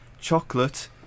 chocolate